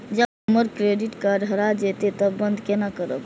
जब हमर credit card हरा जयते तब बंद केना करब?